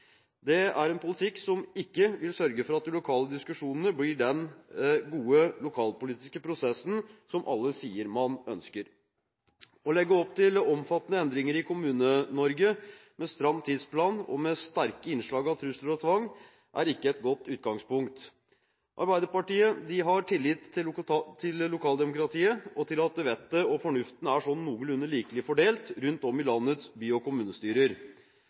Det er en politikk som ikke vil sørge for at de lokale diskusjonene blir den gode lokalpolitiske prosessen som alle sier man ønsker. Å legge opp til omfattende endringer i Kommune-Norge med stram tidsplan og sterke innslag av trusler og tvang er ikke et godt utgangspunkt. Arbeiderpartiet har tillit til lokaldemokratiet og til at vettet og fornuften er sånn noenlunde likelig fordelt rundt om i landets by- og kommunestyrer.